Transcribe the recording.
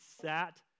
sat